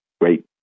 great